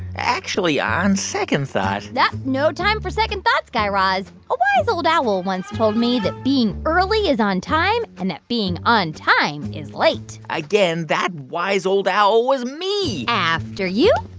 actually, on second thought. no time for second thoughts, guy raz. a wise, old owl once told me that being early is on time and that being on time is late again, that wise, old owl was me after you.